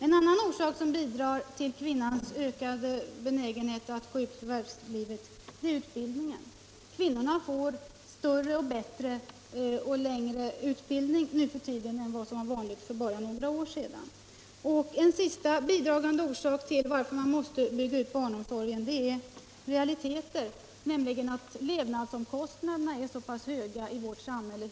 En annan orsak som bidrar till kvinnans ökade benägenhet att gå ut i förvärvslivet är utbildningen. Kvinnorna får bättre och längre utbildning nu än vad som var vanligt för bara några år sedan. En sista bidragande orsak till att man måste bygga ut barnomsorgen är att levnadsomkostnaderna är så höga i vårt samhälle.